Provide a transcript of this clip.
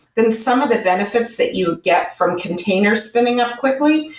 then some of the benefits that you'd get from containers spinning up quickly,